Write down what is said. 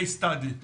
Case study,